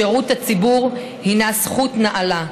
שירות הציבור הינו זכות נעלה.